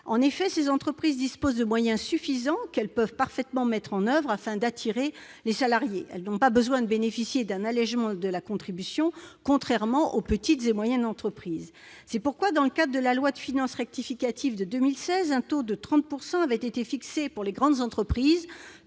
En effet, ces entreprises disposent de moyens suffisants, qu'elles peuvent parfaitement mettre en oeuvre afin d'attirer les salariés. Elles n'ont pas besoin de bénéficier d'un allégement de la contribution, contrairement aux petites et moyennes entreprises. Dans le cadre de la loi de finances rectificative de 2016, un taux de 30 % avait été fixé pour les grandes entreprises,